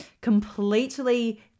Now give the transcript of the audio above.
completely